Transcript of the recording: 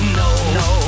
no